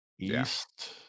East